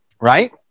right